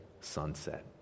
sunset